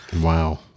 Wow